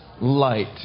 light